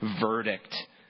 verdict